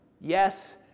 Yes